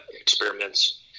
experiments